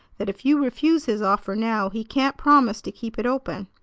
that if you refuse his offer now he can't promise to keep it open.